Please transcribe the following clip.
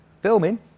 Filming